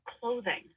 clothing